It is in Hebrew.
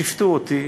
שפטו אותי,